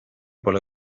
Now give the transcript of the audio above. pole